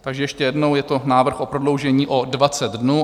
Takže ještě jednou, je to návrh na prodloužení o 20 dnů.